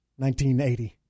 1980